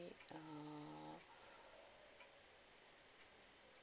uh